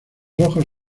hojas